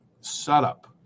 setup